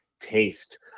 taste